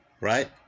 Right